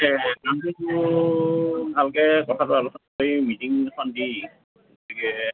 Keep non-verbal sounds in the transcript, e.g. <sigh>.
<unintelligible> ভালকে কথাটো আলোচনা কৰি মিটিংখন দি গতিকে